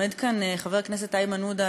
עומד כאן חבר הכנסת איימן עודה,